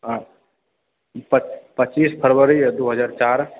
पच्चीस फ़रवरी आ दू हजार चारि